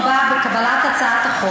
אני מוצאת חשיבות רבה בקבלת הצעת החוק.